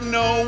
no